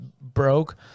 Broke